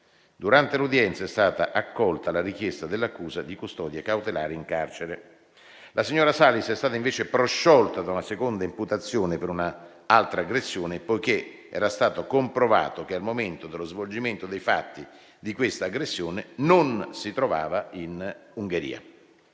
Durante l'udienza è stata accolta la richiesta dell'accusa di custodia cautelare in carcere. La signora Salis è stata invece prosciolta da una seconda imputazione per un'altra aggressione, poiché era stato comprovato che, al momento dello svolgimento dei fatti di quella aggressione, non si trovava in Ungheria.